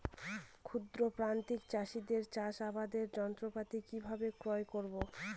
ক্ষুদ্র প্রান্তিক চাষীদের চাষাবাদের যন্ত্রপাতি কিভাবে ক্রয় করব?